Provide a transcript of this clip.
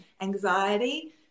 Anxiety